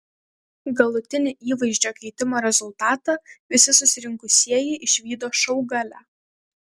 galutinį įvaizdžio keitimo rezultatą visi susirinkusieji išvydo šou gale